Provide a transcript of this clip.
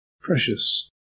precious